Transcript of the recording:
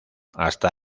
hasta